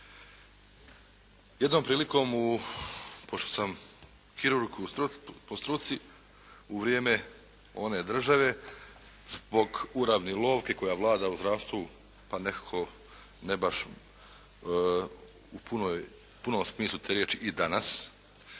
Jednom prilikom u, pošto sam kirurg po struci, u vrijeme one države zbog …/Govornik se ne razumije./… koja vlada u zdravstvu, pa nekako ne baš u punom smislu te riječi i danas,